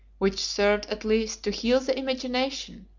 which served at least to heal the imagination,